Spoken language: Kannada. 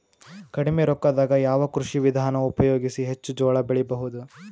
ಕಡಿಮಿ ರೊಕ್ಕದಾಗ ಯಾವ ಕೃಷಿ ವಿಧಾನ ಉಪಯೋಗಿಸಿ ಹೆಚ್ಚ ಜೋಳ ಬೆಳಿ ಬಹುದ?